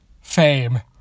fame